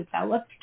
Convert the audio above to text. developed